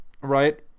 right